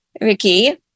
Ricky